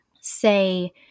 Say